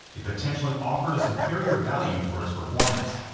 it potentially offered a superior value for its performance.